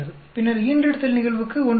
பின்னர் ஈன்றெடுத்தல் நிகழ்வுக்கு 1